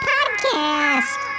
Podcast